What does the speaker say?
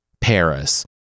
Paris